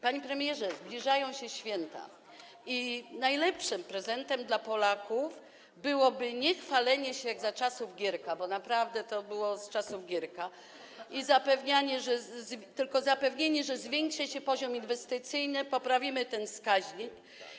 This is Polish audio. Panie premierze, zbliżają się święta i najlepszym prezentem dla Polaków byłoby nie chwalenie się jak za czasów Gierka, bo naprawdę to było jak z czasów Gierka, tylko zapewnienie, że zwiększy się poziom inwestycji, że poprawimy ten wskaźnik.